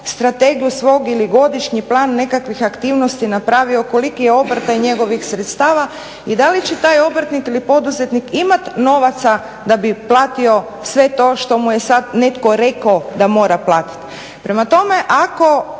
strategiju svog ili godišnji plan nekakvih aktivnosti napravio, koliki je obrta i njegovih sredstava i da li će taj obrtnik ili poduzetnik imat novaca da bi platio sve to što mu je sad netko rekao da mora platit? Prema tome, ja